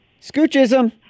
Scoochism